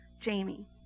Jamie